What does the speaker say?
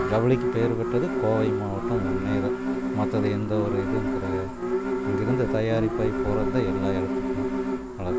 ஜவுளிக்கு பெயர் பெற்றது கோவை மாவட்டம் முன்னேறும் மற்றது எந்த ஒரு இதுவும் கிடையாது இங்கேருந்து தயாரிப்பை பொறுத்து எல்லா இடத்துக்கும்